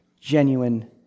genuine